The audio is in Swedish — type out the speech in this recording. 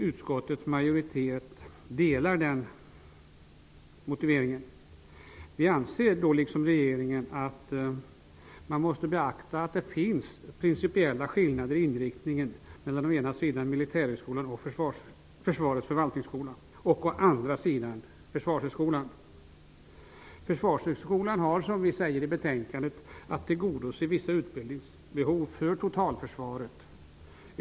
Utskottets majoritet delar uppfattningen i den motiveringen och anser, liksom regeringen, att man måste beakta att det finns principiella skillnader i inriktning mellan å ena sidan Militärhögskolan och Försvarets förvaltningsskola och å andra sidan Försvarshögskolan har, vilket sägs i betänkandet, att tillgodose vissa utbildningsbehov hos totalförsvaret.